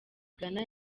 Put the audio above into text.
ghana